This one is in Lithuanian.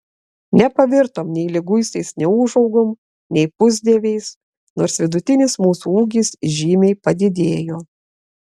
nepavirtom nei liguistais neūžaugom nei pusdieviais nors vidutinis mūsų ūgis žymiai padidėjo